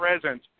present